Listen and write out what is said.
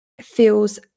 feels